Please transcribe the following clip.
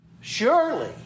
Surely